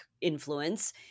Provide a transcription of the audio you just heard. Influence